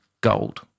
gold